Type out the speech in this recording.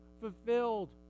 fulfilled